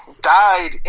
died